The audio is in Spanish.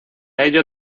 ello